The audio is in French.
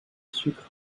sucres